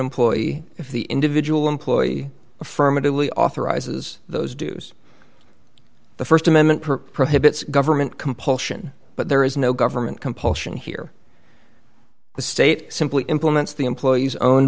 employee if the individual employee affirmatively authorizes those dues the st amendment per prohibits government compulsion but there is no government compulsion here the state simply implements the employee's own